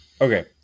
Okay